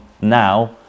now